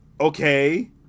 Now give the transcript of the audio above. Okay